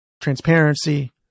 transparency